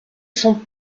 sont